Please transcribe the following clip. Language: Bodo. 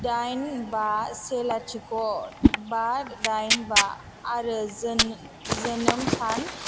दाइन बा से लाथिख' बा दाइन बा आरो जो जोनोम सान